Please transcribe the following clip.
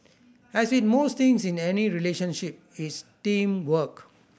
as with most things in any relationship it's teamwork